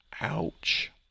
Ouch